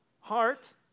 heart